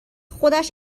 خودش